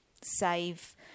save